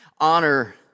Honor